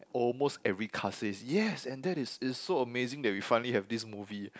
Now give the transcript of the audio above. almost every cast says yes and that is it's so amazing that we finally have this movie